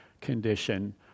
condition